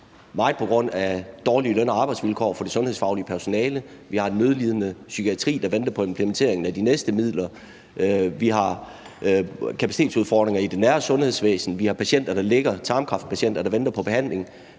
grad på grund af dårlige løn- og arbejdsvilkår for det sundhedsfaglige personale. Vi har en nødlidende psykiatri, der venter på implementeringen af de næste midler. Vi har kapacitetsudfordringer i det nære sundhedsvæsen. Vi har tarmkræftpatienter, der ligger og venter på behandling